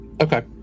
Okay